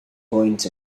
point